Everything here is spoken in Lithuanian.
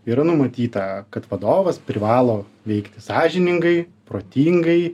yra numatyta kad vadovas privalo veikti sąžiningai protingai